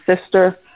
sister